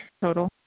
total